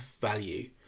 value